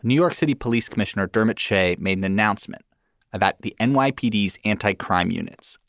york city police commissioner dermot shea made an announcement about the and nypd anticrime units.